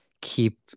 keep